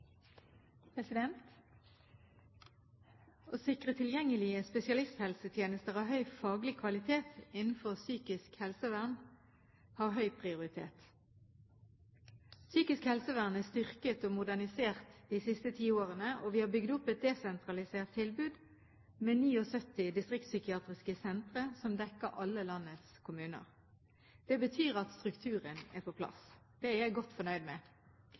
Å sikre tilgjengelige spesialisthelsetjenester av høy faglig kvalitet innenfor psykisk helsevern har høy prioritet. Psykisk helsevern er styrket og modernisert de siste ti årene, og vi har bygd opp et desentralisert tilbud med 79 distriktspsykiatriske sentre som dekker alle landets kommuner. Det betyr at strukturen er på plass. Det er jeg godt fornøyd med.